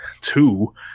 Two